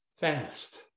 fast